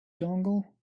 dongle